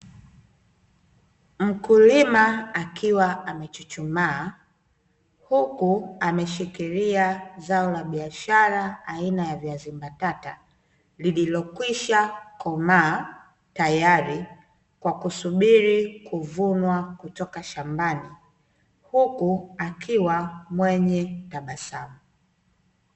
Mkulima akiwa amechuchumaa, huku ameshikilia zao la biashara aina ya viazi mbatata, lililokwisha komaa tayari, kwa kusubiri kuvunwa kutoka shambani, huku akiwa mwenye tabasamu.